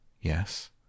Yes